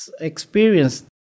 experience